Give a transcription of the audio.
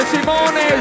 Simone